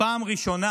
בפעם הראשונה